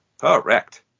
Correct